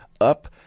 up